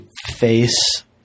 face